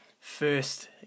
first